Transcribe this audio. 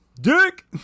dick